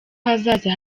hazaza